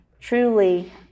truly